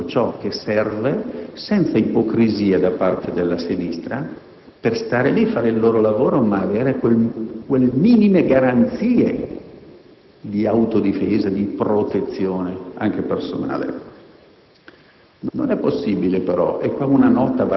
I nostri militari devono avere tutto ciò che serve, senza ipocrisia da parte della sinistra, per stare lì e fare il loro lavoro con le garanzie minime di autodifesa e di protezione anche personale.